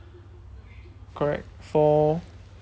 correct four